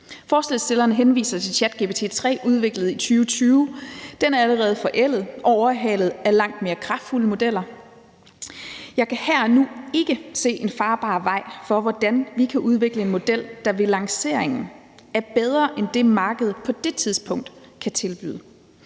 Forslagsstillerne henviser til ChatGPT 3 udviklet i 2020. Den er allerede forældet og overhalet af langt mere kraftfulde modeller. Jeg kan her og nu ikke se en farbar vej for, hvordan vi kan udvikle en model, der ved lanceringen er bedre end det, markedet på det tidspunkt kan tilbyde.